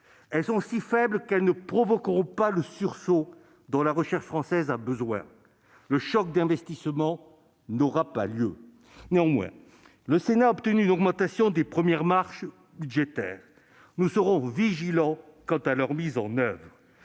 Elles sont si faibles qu'elles ne provoqueront pas le sursaut dont la recherche française a besoin. Le choc d'investissement n'aura pas lieu. Néanmoins, le Sénat a obtenu une augmentation des premières marches budgétaires. Nous serons vigilants quant à leur mise en oeuvre.